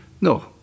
No